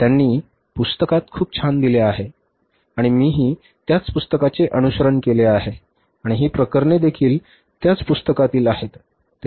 त्यांनी पुस्तकात खूप छान दिले आहेत आणि मीही त्याच पुस्तकाचे अनुसरण केले आहे आणि ही प्रकरणे देखील त्याच पुस्तकातील आहेत